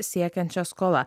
siekiančia skola